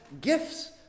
gifts